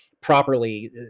properly